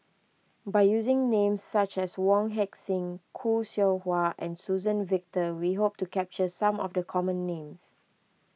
by using names such as Wong Heck Sing Khoo Seow Hwa and Suzann Victor we hope to capture some of the common names